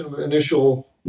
initial